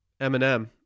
Eminem